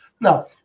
now